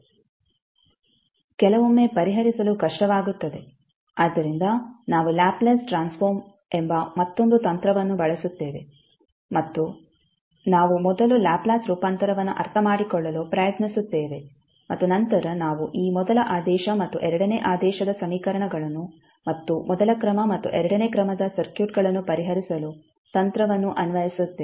ಕೆಲವೊಮ್ಮೆ ಪರಿಹರಿಸಲು ಕಷ್ಟವಾಗುತ್ತದೆ ಆದ್ದರಿಂದ ನಾವು ಲ್ಯಾಪ್ಲೇಸ್ ಟ್ರಾನ್ಸ್ಫಾರ್ಮ್ ಎಂಬ ಮತ್ತೊಂದು ತಂತ್ರವನ್ನು ಬಳಸುತ್ತೇವೆ ಮತ್ತು ನಾವು ಮೊದಲು ಲ್ಯಾಪ್ಲೇಸ್ ರೂಪಾಂತರವನ್ನು ಅರ್ಥಮಾಡಿಕೊಳ್ಳಲು ಪ್ರಯತ್ನಿಸುತ್ತೇವೆ ಮತ್ತು ನಂತರ ನಾವು ಈ ಮೊದಲ ಆದೇಶ ಮತ್ತು ಎರಡನೇ ಆದೇಶದ ಸಮೀಕರಣಗಳನ್ನು ಮತ್ತು ಮೊದಲ ಕ್ರಮ ಮತ್ತು ಎರಡನೇ ಕ್ರಮದ ಸರ್ಕ್ಯೂಟ್ಗಳನ್ನು ಪರಿಹರಿಸಲು ತಂತ್ರವನ್ನು ಅನ್ವಯಿಸುತ್ತೇವೆ